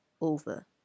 over